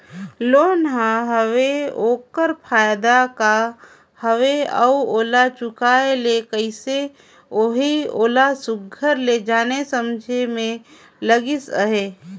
loan का हवे ओकर फएदा का हवे अउ ओला चुकाए ले कइसे अहे ओला सुग्घर ले जाने समुझे में लगिस अहे